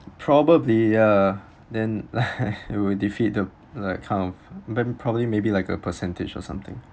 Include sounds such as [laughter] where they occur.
probably ya then [laughs] it will defeat the like kind of then probably maybe like a percentage or something